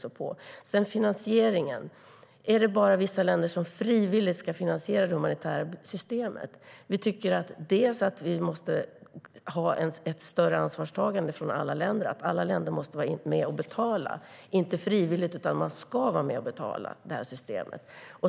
Sedan har vi detta med finansieringen. Är det bara vissa länder som frivilligt ska finansiera det humanitära systemet? Vi tycker att vi måste ha ett större ansvarstagande från alla länder, så att alla länder är med och betalar. Det ska inte vara frivilligt, utan man ska vara tvungen att vara med i systemet.